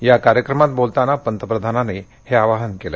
त्या कार्यक्रमात बोलताना पंतप्रधानांनी हेआवाहन केलं